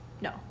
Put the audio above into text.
No